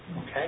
okay